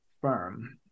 firm